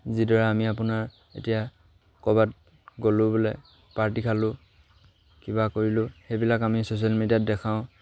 যিদৰে আমি আপোনাৰ এতিয়া ক'ৰবাত গ'লোঁ বোলে পাৰ্টি খালোঁ কিবা কৰিলোঁ সেইবিলাক আমি ছ'চিয়েল মিডিয়াত দেখাওঁ